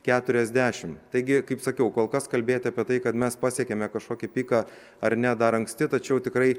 keturiasdešim taigi kaip sakiau kol kas kalbėti apie tai kad mes pasiekėme kažkokį piką ar ne dar anksti tačiau tikrai